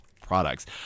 products